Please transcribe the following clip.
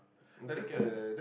take care of them